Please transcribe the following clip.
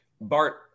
bart